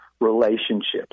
relationships